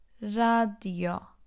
Radio